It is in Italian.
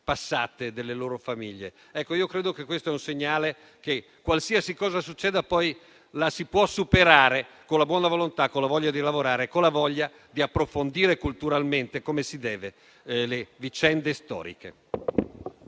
passate delle loro famiglie. Credo che questo sia un segnale che ci dice che, qualsiasi cosa succeda, la si può superare con la buona volontà, con la voglia di lavorare e con la voglia di approfondire culturalmente e come si deve le vicende storiche.